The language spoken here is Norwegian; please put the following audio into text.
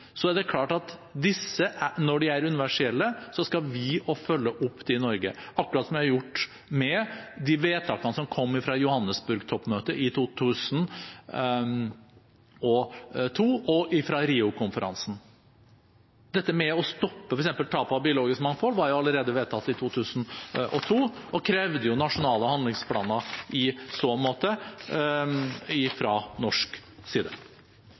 så er det klart at når disse er universelle, skal vi også følge dem opp i Norge, akkurat som vi har gjort med de vedtakene som kom fra Johannesburg-toppmøtet i 2002 og fra Rio-konferansen. Dette med å stoppe f.eks. tapet av biologisk mangfold var jo vedtatt allerede i 2002 og krevde i så måte nasjonale handlingsplaner fra norsk side.